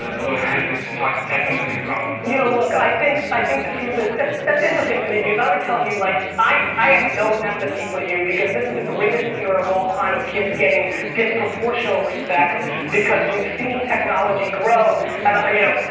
a little kid whose tackling a big problem. you know look, i think i think the truth is that's interesting to me because i would tell you like, i have no empathy for you because, this is the greatest era of all time of kids getting disproportional respect because we've seen technology grow and you know,